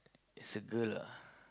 it's a girl ah